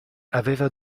aveva